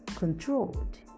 Controlled